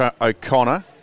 O'Connor